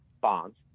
bonds